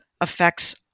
affects